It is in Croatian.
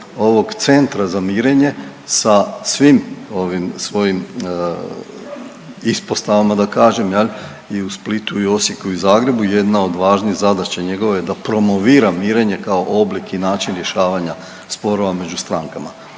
ovog centra za mirenje sa svim ovim svojim ispostavama da kažem jel i u Splitu, i u Osijeku i u Zagrebu jedna od važnih zadaća njegova je da promovira mirenje kao oblik i način rješavanja sporova među strankama